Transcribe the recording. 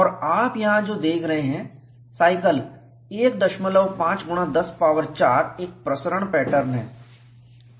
और आप यहां जो देख रहे हैं साइकिल 1510 पावर 4 एक प्रसरण पैटर्न है